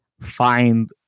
find